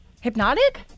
Hypnotic